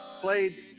played